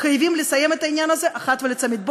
חייבים לסיים את העניין הזה אחת ולתמיד.